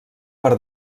per